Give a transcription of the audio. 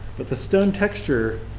but the stone texture